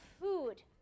food